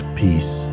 peace